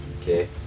Okay